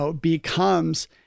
becomes